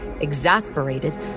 exasperated